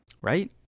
right